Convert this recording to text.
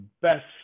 best